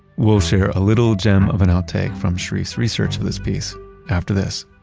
we'll share a little gem of an outtake from sharif's research of this piece after this.